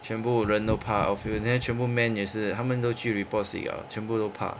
全部人都怕 outfield then 全部 men 也是他们都去 report sick liao 全部都怕